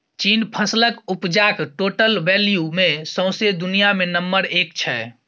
चीन फसलक उपजाक टोटल वैल्यू मे सौंसे दुनियाँ मे नंबर एक छै